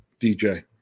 DJ